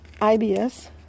IBS